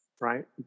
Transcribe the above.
Right